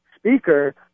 Speaker